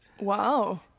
wow